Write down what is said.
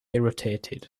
irritated